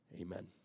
Amen